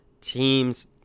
teams